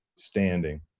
standing